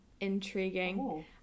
intriguing